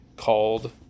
called